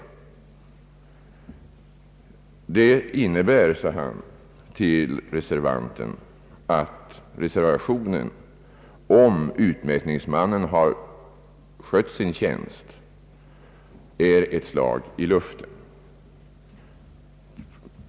Det innebär, sade han till reservanten, att reservationen, om utmätningsmannen har skött sin tjänst, är ett slag i luften.